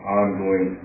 ongoing